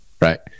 right